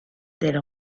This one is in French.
del